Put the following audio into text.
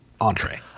entree